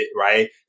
right